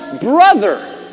brother